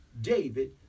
David